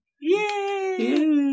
Yay